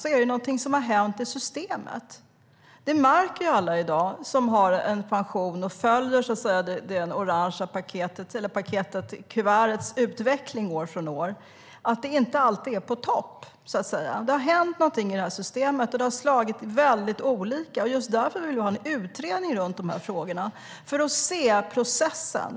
Då är det någonting som har hänt i systemet. Alla som har en pension och följer det orange kuvertets utveckling år från år märker att det här inte alltid är på topp. Det har hänt någonting i systemet, och det har slagit väldigt olika. Just därför vill vi ha en utredning om de här frågorna. Vi vill se processen.